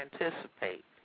anticipate